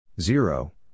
Zero